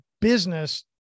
business